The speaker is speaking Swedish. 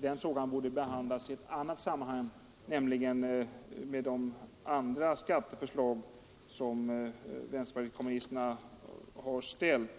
den frågan borde behandlas i ett annat sammanhang, nämligen tillsammans med de andra skatteförslag som vänsterpartiet kommunisterna har ställt.